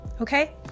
okay